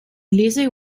lise